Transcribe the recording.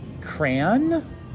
crayon